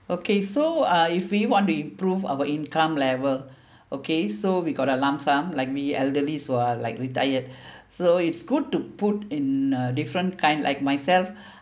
okay so uh if we want to improve our income level okay so we got a lump sum like me elderlies who are like retired so it's good to put in a different kind like myself